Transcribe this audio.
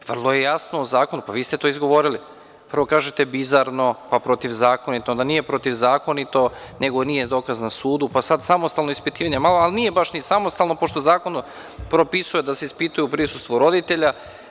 Vrlo je jasno u zakonu, pa vi ste to izgovorili, prvo kažete bizarno, pa protivzakonito, nije protivzakonito, nego nije dokaz na sudu, pa sad samostalno ispitivanje, ali nije baš ni samostalno, pošto zakon propisuje da se ispituje u prisustvu roditelja.